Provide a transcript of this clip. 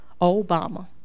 Obama